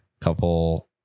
couple